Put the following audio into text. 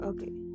Okay